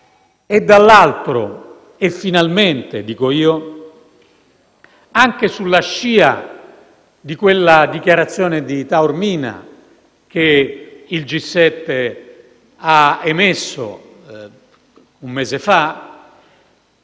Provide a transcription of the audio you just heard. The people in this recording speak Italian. dall'altro - e finalmente, dico io - anche sulla scia di quella dichiarazione di Taormina che il G7 ha emesso un mese fa,